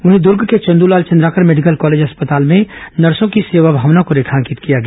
वहीं दूर्ग के Chandralal Chandrakar medical college अस्पताल में नर्सों की सेवाभावना को रेखांकित किया गया